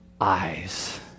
eyes